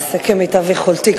אעשה כמיטב יכולתי.